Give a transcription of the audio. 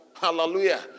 Hallelujah